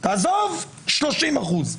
עזוב 30%,